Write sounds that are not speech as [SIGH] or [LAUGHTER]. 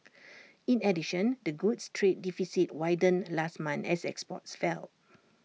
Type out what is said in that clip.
[NOISE] in addition the goods trade deficit widened last month as exports fell